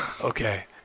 Okay